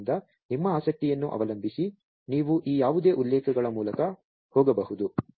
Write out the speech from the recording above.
ಆದ್ದರಿಂದ ನಿಮ್ಮ ಆಸಕ್ತಿಯನ್ನು ಅವಲಂಬಿಸಿ ನೀವು ಈ ಯಾವುದೇ ಉಲ್ಲೇಖಗಳ ಮೂಲಕ ಹೋಗಬಹುದು